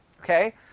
okay